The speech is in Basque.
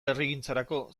herrigintzarako